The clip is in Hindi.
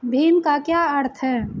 भीम का क्या अर्थ है?